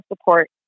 support